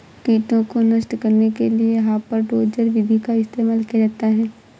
कीटों को नष्ट करने के लिए हापर डोजर विधि का इस्तेमाल किया जाता है